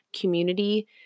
community